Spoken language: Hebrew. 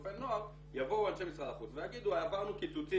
לחילופי נוער יבואו אנשי משרד החוץ ויגידו עברנו קיצוצים